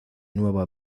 nueva